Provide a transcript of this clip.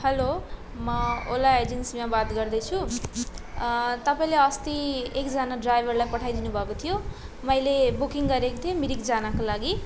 hello म ओला एजेन्सीमा बात गर्दैछु तपाईँले अस्ति एकजना ड्राइभरलाई पठाइदिनुभएको थियो मैले बुकिङ गरेको थिएँ मिरिक जानको लागि